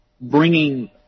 bringing